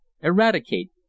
eradicate